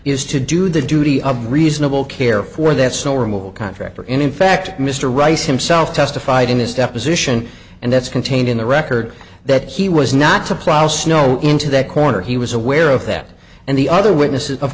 is to do the duty of reasonable care for that snow removal contractor in in fact mr rice himself testified in his deposition and that's contained in the record that he was not to plow snow into that corner he was aware of that and the other witnesses of